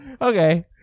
Okay